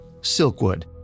Silkwood